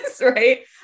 Right